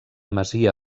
masia